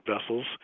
vessels